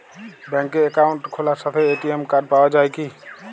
ব্যাঙ্কে অ্যাকাউন্ট খোলার সাথেই এ.টি.এম কার্ড পাওয়া যায় কি?